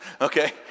Okay